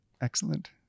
excellent